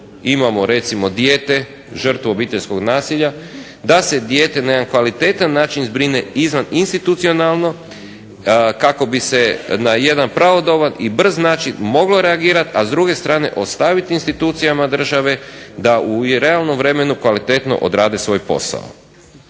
imamo recimo dijete žrtvu obiteljskog nasilja, da se dijete na jedan kvalitetan način zbrine izvaninstitucionalno kako bi se na jedan pravodoban i brz način moglo reagirat, a s druge strane ostavit institucijama države da u realnom vremenu kvalitetno odrade svoj posao.